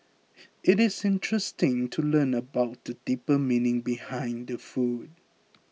it is interesting to learn about the deeper meaning behind the food